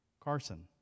Carson